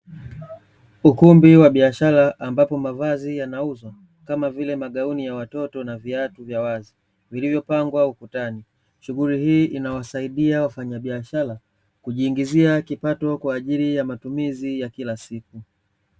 Ukumbi wa biashara, ambapo mavazi yanauzwa, kama vile; magauni ya watoto, na viatu vya wazi vilivyopangwa ukutani. Shughuli hii inawasaidia wafanyabiashara kujiingizia kipato kwa ajili ya matumizi ya kila siku.